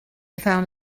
found